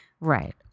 Right